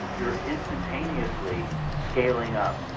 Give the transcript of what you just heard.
you're instantaneously scaling up.